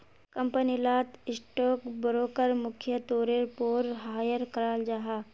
company लात stock broker मुख्य तौरेर पोर हायर कराल जाहा